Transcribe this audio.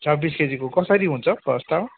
छब्बिस केजीको कसरी हुन्छ खर्च